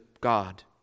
God